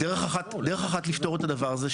דרך אחת לפתור את הדבר הזה,